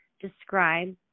describe